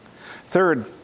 Third